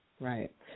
Right